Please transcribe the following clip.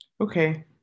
Okay